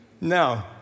No